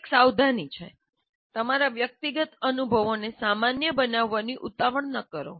આ એક સાવધાની છે તમારા વ્યક્તિગત અનુભવોને સામાન્ય બનાવવાની ઉતાવળ ન કરો